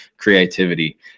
creativity